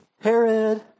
Herod